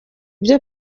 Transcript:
byo